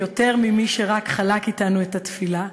יותר ממי שרק חלקו אתנו את התפילה.